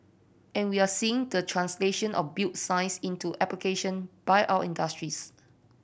and we are seeing the translation of built science into application by our industries